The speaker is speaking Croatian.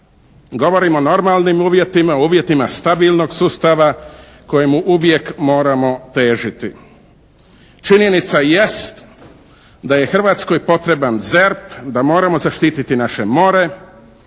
Govorim o normalnim uvjetima, uvjetima stabilnog sustava kojemu uvijek moramo težiti. Činjenica jest da je Hrvatskoj potreban ZERP, da moramo zaštititi naše more,